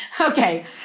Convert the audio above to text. okay